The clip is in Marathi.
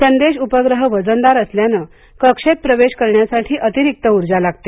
संदेश उपग्रह वजनदार असल्याने कक्षेत प्रवेश करण्यासाठी अतिरिक्त उर्जा लागते